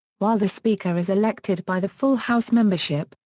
while the speaker is elected by the full house membership,